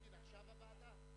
יושב-ראש הוועדה.